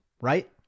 right